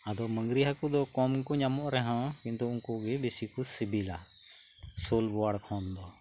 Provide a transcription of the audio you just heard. ᱟᱫᱚ ᱢᱟᱹᱝᱨᱤ ᱦᱟᱹᱠᱩ ᱫᱚ ᱠᱚᱢ ᱜᱮᱠᱚ ᱧᱟᱢᱚᱜ ᱨᱮᱦᱚᱸ ᱠᱤᱱᱛᱩ ᱩᱱᱠᱩᱜᱮ ᱵᱤᱥᱤ ᱠᱚ ᱥᱤᱵᱤᱞᱟ ᱥᱳᱞ ᱵᱚᱭᱟᱲ ᱠᱷᱚᱱ ᱫᱚ